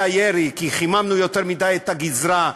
הירי כי חיממנו יותר מדי את הגזרה,